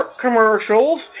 commercials